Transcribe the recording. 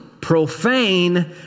Profane